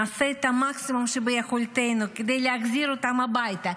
נעשה את המקסימום שביכולתנו כדי להחזיר אותם הביתה,